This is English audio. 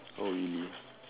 oh really